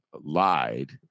lied